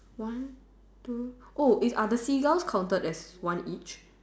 one two oh is are the seagulls counted as one each